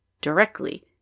directly